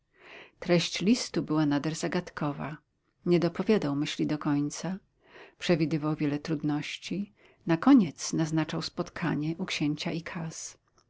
treść listu była nader zagadkowa nie dopowiadał myśli do końca przewidywał wiele trudności na koniec naznaczał spotkanie u księcia icaz